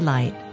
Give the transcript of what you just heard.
Light